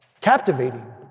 captivating